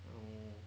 mmhmm